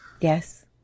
Yes